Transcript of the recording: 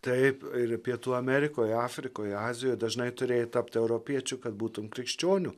taip ir pietų amerikoje afrikoje azijoje dažnai turėjai tapti europiečiu kad būtumei krikščionių